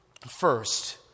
First